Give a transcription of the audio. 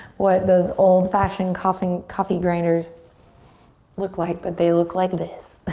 what those old-fashion coffee coffee grinders look like, but they look like this.